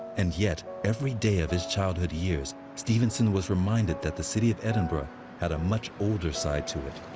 and yet, every day of his childhood years, stevenson was reminded that the city of edinburgh had a much older side to it.